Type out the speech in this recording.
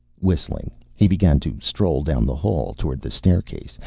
whistling, he began to stroll down the hall toward the staircase,